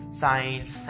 science